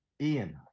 Ian